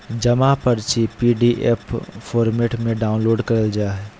जमा पर्ची PDF format में डाउनलोड करल जा हय